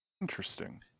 Interesting